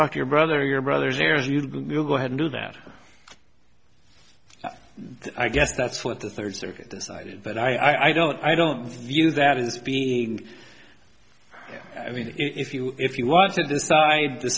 talk to your brother or your brothers there is you go ahead and do that i guess that's what the third circuit decided but i don't i don't view that as being i mean if you if you want to decide t